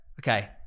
okay